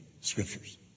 scriptures